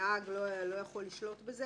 שהנהג לא יכול לשלוט בזה,